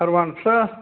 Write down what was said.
Harbans